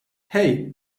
hey